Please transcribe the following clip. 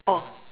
oh